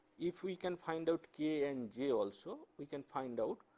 if we can find out k and j also, we can find out.